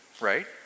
right